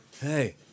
Hey